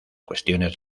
cuestiones